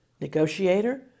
negotiator